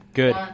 good